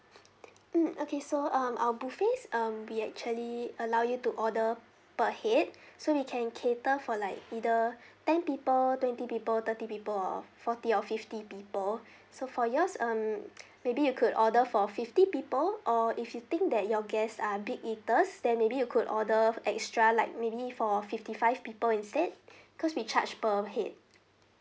mm okay so um our buffets um we actually allow you to order per head so we can cater for like either ten people twenty people thirty people or forty or fifty people so for yours um maybe you could order for fifty people or if you think that your guest are big eaters then maybe you could order extra like maybe for fifty five people instead cause we charge per head